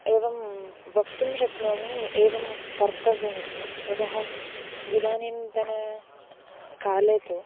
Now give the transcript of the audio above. एवं वक्तुं शक्नोमि एवं कर्तव्यम् इति यतः इदानीन्तनकाले तु